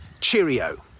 cheerio